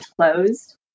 closed